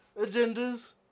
agendas